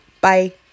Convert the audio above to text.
Bye